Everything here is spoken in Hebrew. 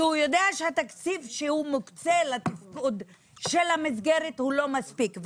כי הוא יודע שהתקציב שהוא מוקצה לתפקוד של המסגרת הוא לא מספיק,